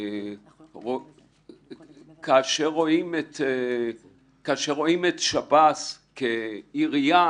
כאשר רואים את שב"ס כעירייה